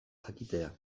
jakitea